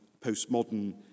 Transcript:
postmodern